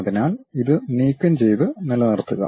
അതിനാൽ ഇത് നീക്കംചെയ്ത് നിലനിർത്തുക